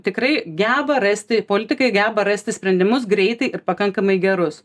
tikrai geba rasti politikai geba rasti sprendimus greitai ir pakankamai gerus